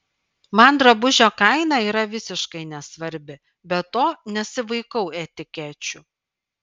man drabužio kaina yra visiškai nesvarbi be to nesivaikau etikečių